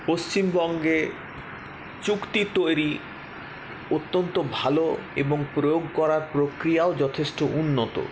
পশ্চিমবঙ্গে চুক্তি তৈরি অত্যন্ত ভালো এবং প্রয়োগ করার প্রক্রিয়াও যথেষ্ট উন্নত